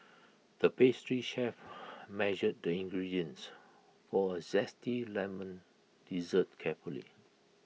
the pastry chef measured the ingredients for A Zesty Lemon Dessert carefully